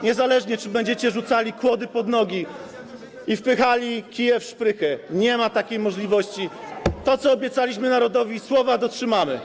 Niezależnie od tego, czy będziecie rzucali kłody pod nogi i wpychali kije w szprychy, nie ma takiej możliwości - w tym, co obiecaliśmy narodowi, słowa dotrzymamy.